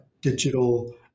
digital